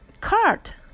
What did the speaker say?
cart